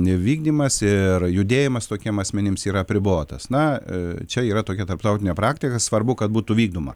nevykdymas ir judėjimas tokiem asmenims yra apribotas na čia yra tokia tarptautinė praktika svarbu kad būtų vykdoma